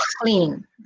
clean